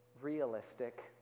realistic